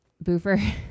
Boofer